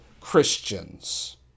Christians